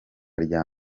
rya